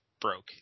broke